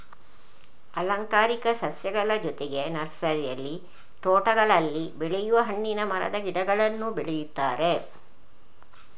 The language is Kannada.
ಅಲಂಕಾರಿಕ ಸಸ್ಯಗಳ ಜೊತೆಗೆ ನರ್ಸರಿಯಲ್ಲಿ ತೋಟಗಳಲ್ಲಿ ಬೆಳೆಯುವ ಹಣ್ಣಿನ ಮರದ ಗಿಡಗಳನ್ನೂ ಬೆಳೆಯುತ್ತಾರೆ